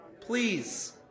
Please